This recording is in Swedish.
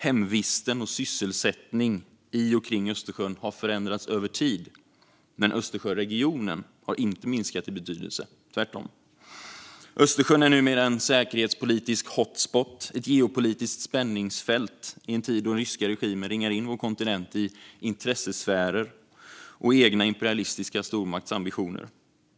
Hemvist och sysselsättning i och kring Östersjön har förändrats över tid, men Östersjöregionen har inte minskat i betydelse, tvärtom. Östersjöregionen är numera en säkerhetspolitisk hotspot, ett geopolitiskt spänningsfält i en tid då den ryska regimen ringar in vår kontinent i intressesfärer och egna imperialistiska stormaktsambitioner.